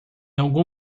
algum